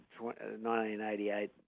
1988